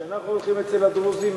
כשאנחנו הולכים אצל הדרוזים,